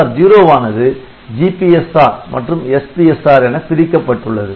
BSR 0 வானது GPSR மற்றும் SPSR என பிரிக்கப்பட்டுள்ளது